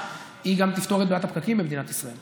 היא גם תפתור את בעיית הפקקים במדינת ישראל.